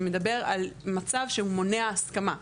שמדבר על מצב שהוא מונע הסכמה,